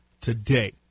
today